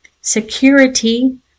security